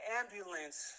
ambulance